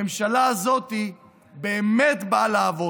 הממשלה הזאת באמת באה לעבוד,